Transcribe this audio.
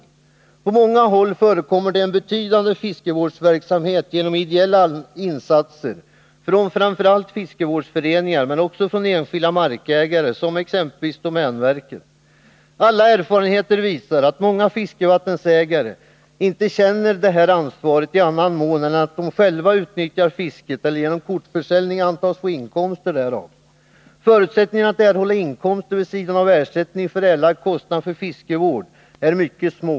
På många håll förekommer det en betydande fiskevårdsverksamhet genom ideella insatser från framför allt fiskevårdsföreningar men också från enskilda markägare, som domänverket. Alla erfarenheter visar dock att många fiskevattensägare inte känner detta ansvar i annan mån än att de själva utnyttjar fisket eller genom kortförsäljning antas få inkomster därav. Förutsättningarna för att erhålla inkomster vid sidan om ersättning för erlagd kostnad för fiskevård är mycket små.